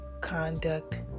conduct